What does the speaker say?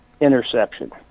interception